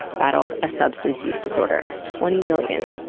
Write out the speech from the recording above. battled a substance use disorder. twenty million.